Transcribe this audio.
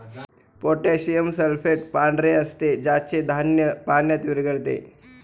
potassium sulphate पांढरे असते ज्याचे धान्य पाण्यात विरघळते